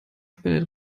spendet